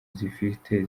zifite